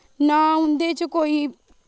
ना उंदे च् कोई